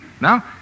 Now